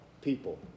people